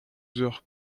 heures